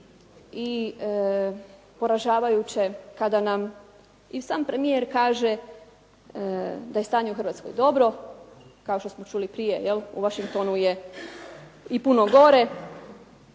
i poražavajuće kada nam i sam premijer kaže da je stanje u Hrvatskoj dobro, kao što smo čuli prije jel' u vašem tonu je i puno gore,